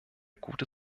gute